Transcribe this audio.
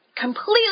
completely